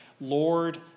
lord